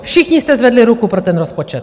Všichni jste zvedli ruku pro ten rozpočet.